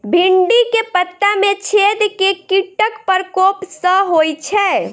भिन्डी केँ पत्ता मे छेद केँ कीटक प्रकोप सऽ होइ छै?